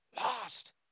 lost